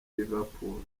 liverpool